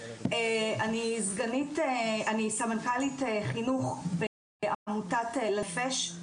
אני סמנכ"לית חינוך בעמותת 'לנפש',